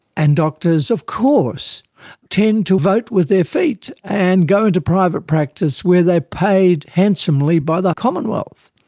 and doctors of course tend to vote with their feet and go into private practice where they are paid handsomely by the commonwealth.